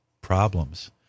problems